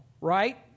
right